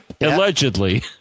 allegedly